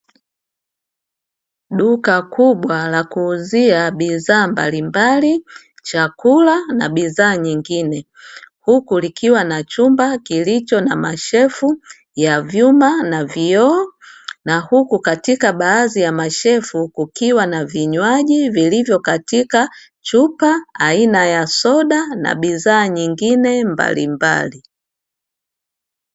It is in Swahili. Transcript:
Duka kubwa la kuuzia bidhaa mbalimbali chakula na bidhaa nyingine, huku likiwa na chumba kilicho na mashefu ya vyuma na vioo, na huku katika baadhi ya mashefu kukiwa na vinywaji vilivyo katika chupa aina ya soda, na bidhaa nyingine mbalimbali.